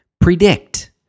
Predict